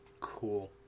Cool